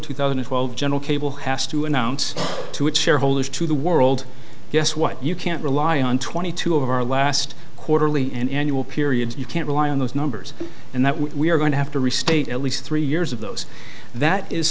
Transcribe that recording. thousand and twelve general cable has to announce to its shareholders to the world guess what you can't rely on twenty two of our last quarterly and annual periods you can't rely on those numbers and that we are going to have to restate at least three years of those that is